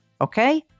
Okay